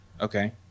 Okay